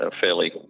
fairly